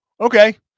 okay